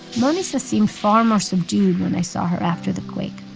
manisha seemed far more subdued when i saw her after the quake,